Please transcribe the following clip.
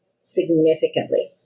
significantly